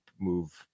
move